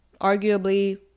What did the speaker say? Arguably